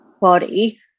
body